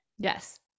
Yes